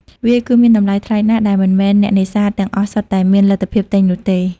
វាគឺមានតម្លៃថ្លៃណាស់ដែលមិនមែនអ្នកនេសាទទាំងអស់សុទ្ធតែមានលទ្ធភាពទិញនោះទេ។